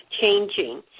changing